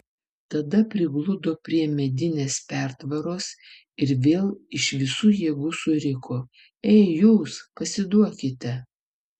tada prigludo prie medinės pertvaros ir vėl iš visų jėgų suriko ei jūs pasiduokite